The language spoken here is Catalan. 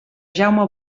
jaume